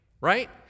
right